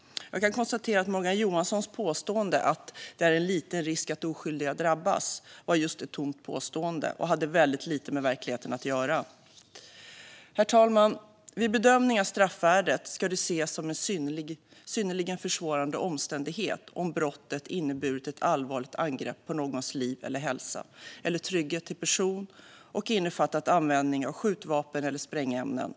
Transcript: Jag konstaterar att Morgan Johanssons påstående att det är en "liten risk att oskyldiga drabbas" var just ett tomt påstående och hade väldigt lite med verkligheten att göra. Herr talman! Vid bedömning av straffvärdet ska det ses som en synnerligen försvårande omständighet om "brottet inneburit ett allvarligt angrepp på någons liv eller hälsa eller trygghet till person och innefattat användning av skjutvapen eller sprängämne .